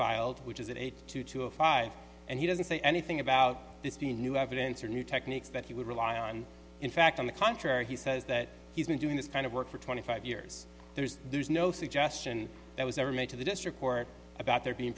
filed which is it a two to a five and he doesn't say anything about this being new evidence or new techniques that he would rely on in fact on the contrary he says that he's been doing this kind of work for twenty five years there's there's no suggestion that was ever made to the district court about